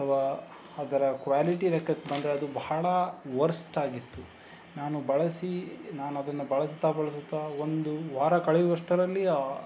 ಅಥವಾ ಅದರ ಕ್ವಾಲಿಟಿ ಲೆಕ್ಕಕ್ಕೆ ಬಂದರೆ ಅದು ಬಹಳ ವರ್ಸ್ಟ್ ಆಗಿತ್ತು ನಾನು ಬಳಸಿ ನಾನದನ್ನು ಬಳಸ್ತಾ ಬಳಸ್ತಾ ಒಂದು ವಾರ ಕಳೆಯುವಷ್ಟರಲ್ಲಿ ಆ